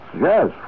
Yes